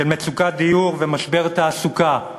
של מצוקת דיור ומשבר תעסוקה,